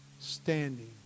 standing